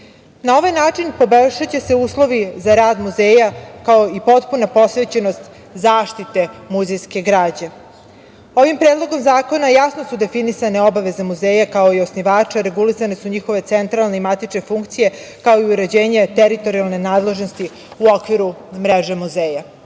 Na ovaj način poboljšaće se uslovi za rad muzeja, kao i potpuna posvećenost zaštite muzejske građe. Predlogom zakona jasno su definisane obaveze muzeja, kao i osnivača, regulisane su njihove centralne i matične funkcije, kao i uređenje teritorijalne nadležnosti u okviru mreže muzeja. Samim